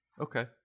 okay